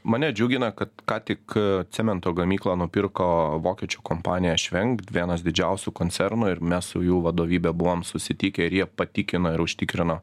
mane džiugina kad ką tik cemento gamyklą nupirko vokiečių kompanija švenkt vienas didžiausių koncernų ir mes su jų vadovybe buvom susitikę ir jie patikino ir užtikrino